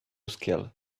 skill